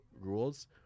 rules